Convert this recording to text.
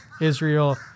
Israel